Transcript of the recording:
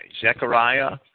Zechariah